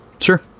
Sure